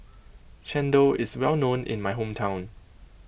chendol is well known in my hometown